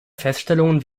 feststellungen